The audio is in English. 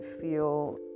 feel